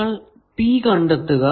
നിങ്ങൾ P കണ്ടെത്തുക